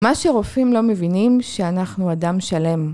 מה שרופאים לא מבינים שאנחנו אדם שלם